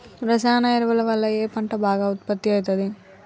రసాయన ఎరువుల వల్ల ఏ పంట బాగా ఉత్పత్తి అయితది?